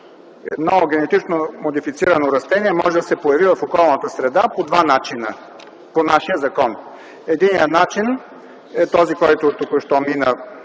Едно генетично модифицирано растение може да се появи в околната среда по два начина по нашия закон. Единият начин, който току що